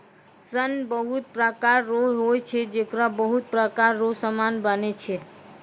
सन बहुत प्रकार रो होय छै जेकरा बहुत प्रकार रो समान बनै छै